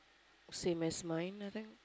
same as mine I think